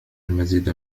المزيد